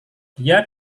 dia